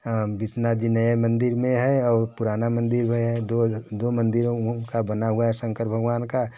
विश्वनाथ जी नए मंदिर में हैं और पुराना मंदिर में दो दो मंदिरों वह उनका बना हुआ है शंकर भगवान का